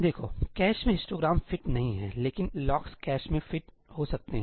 देखो कैश में histogram fit नहीं है लेकिन लॉक्स कैश में फिट हो सकते हैं